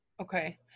Okay